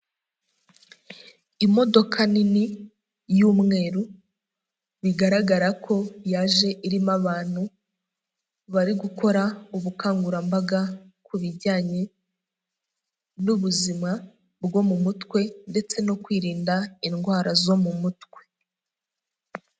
Imodoka nini y'umweru, bigaragara ko yaje irimo abantu, bari gukora ubukangurambaga ku bijyanye n'ubuzima bwo mu mutwe ndetse no kwirinda indwara zo mu mutwe.